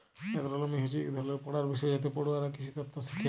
এগ্রোলমি হছে ইক ধরলের পড়ার বিষয় যাতে পড়ুয়ারা কিসিতত্ত শিখে